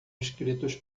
escritos